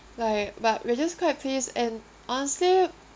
like but we're just quite pleased and honestly